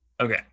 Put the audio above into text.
Okay